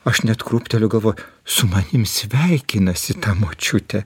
aš net krūpteliu galvoju su manim sveikinasi ta močiutė